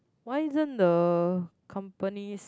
why isn't the companies